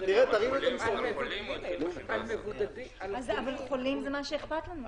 על חולים --- אבל חולים זה מה שאכפת לנו.